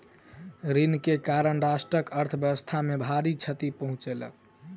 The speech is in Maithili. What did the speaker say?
ऋण के कारण राष्ट्रक अर्थव्यवस्था के भारी क्षति पहुँचलै